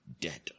dead